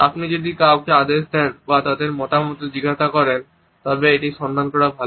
আপনি যদি কাউকে আদেশ দেন বা তাদের মতামত জিজ্ঞাসা করেন তবে এটি সন্ধান করা ভাল